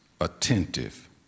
attentive